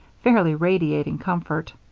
fairly radiating comfort.